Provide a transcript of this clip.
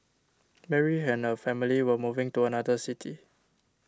Mary and her family were moving to another city